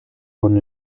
con